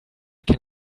can